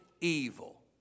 evil